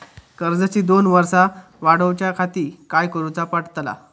कर्जाची दोन वर्सा वाढवच्याखाती काय करुचा पडताला?